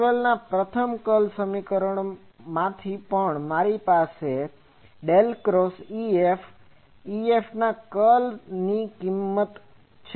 મેક્સવેલના પ્રથમ કર્લ સમીકરણમાંથી પણ મારી પાસે આ ∇×EF એ ડેલ ક્રોસ EF EF ના curl ની કિંમત છે